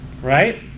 Right